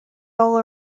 all